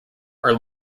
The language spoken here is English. are